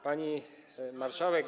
Pani Marszałek!